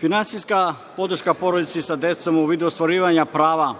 Finansijska podrška porodici sa decom u vidu ostvarivanja prava